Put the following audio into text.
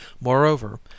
Moreover